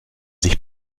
sich